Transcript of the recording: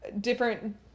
different